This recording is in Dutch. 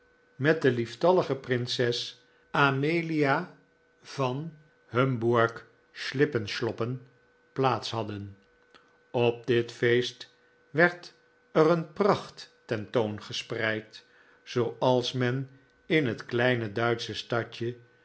met de lieftallige prinses amelia van hutnbourg schlippenschloppen plaats hadden op dit feest werd er een pracht tentoongespreid zooals men in het kleine duitsche stadje